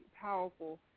powerful